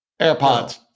AirPods